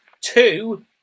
two